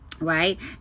right